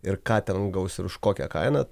ir ką ten gausir už kokią kainą